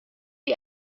die